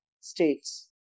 states